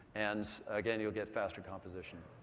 and, again, you'll get faster composition.